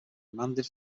remanded